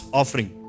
offering